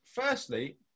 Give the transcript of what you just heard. firstly